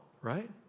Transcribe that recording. right